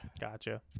gotcha